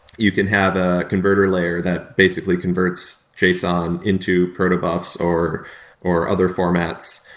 you can have a converter layer that basically converts json into proto buffs or or other formats.